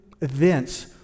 events